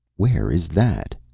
where is that?